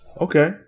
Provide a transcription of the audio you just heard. okay